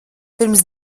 pirms